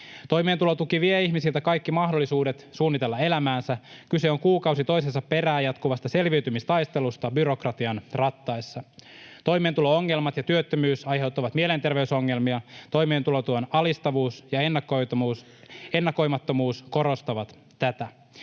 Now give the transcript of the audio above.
Toimeentulotuki vie ihmisiltä kaikki mahdollisuudet suunnitella elämäänsä. Kyse on kuukausi toisensa perään jatkuvasta selviytymistaistelusta byrokratian rattaissa. Toimeentulo-ongelmat ja työttömyys aiheuttavat mielenterveysongelmia. Toimeentulotuen alistavuus ja ennakoimattomuus korostavat tätä.